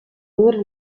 dura